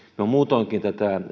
muutoinkin